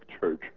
Church